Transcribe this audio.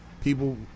People